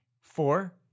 Four